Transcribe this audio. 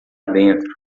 dentro